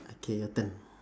okay your turn